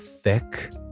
thick